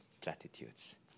platitudes